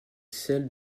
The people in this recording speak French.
selles